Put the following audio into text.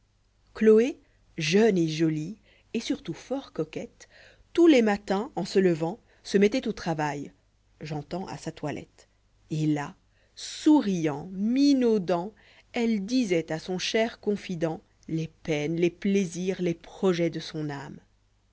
hloé jeune et jolie et surtout fort coquette tous les matins en se levant se mettait au travail j'enteuds à sa toilette et là souriant minaudant elle disoit à son cher confident livre l si tes peines les plaisirs les projets de son âme